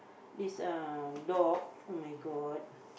this uh dog oh-my-god